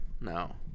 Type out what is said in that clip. No